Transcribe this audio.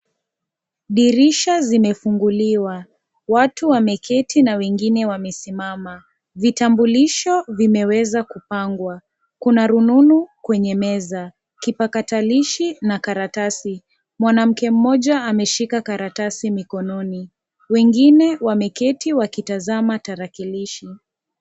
Dirisha zimefunguliwa, watu wameketi na wengine wamesimama. Vitambulisho vimeweza kupangwa, kuna rununu kwenye meza. Kipakatalishi na karatasi. Mwanamke mmoja ameshika karatasi mikononi. Wengine wameketi wakitazama tarakilishi.